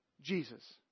Jesus